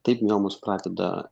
taip miomos pradeda